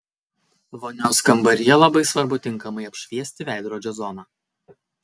vonios kambaryje labai svarbu tinkamai apšviesti veidrodžio zoną